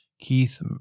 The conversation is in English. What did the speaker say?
Keith